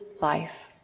life